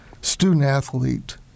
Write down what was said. student-athlete